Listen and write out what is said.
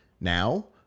now